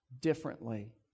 differently